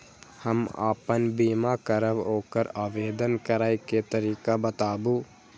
हम आपन बीमा करब ओकर आवेदन करै के तरीका बताबु?